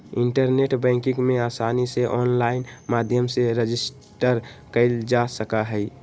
internet banking में आसानी से आनलाइन माध्यम से रजिस्टर कइल जा सका हई